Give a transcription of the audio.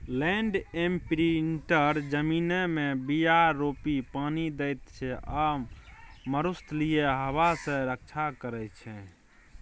land imprinter जमीनमे बीया रोपि पानि दैत छै आ मरुस्थलीय हबा सँ रक्षा करै छै